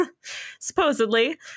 supposedly